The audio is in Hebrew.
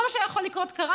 כל מה שהיה יכול לקרות קרה,